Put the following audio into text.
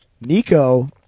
Nico